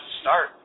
start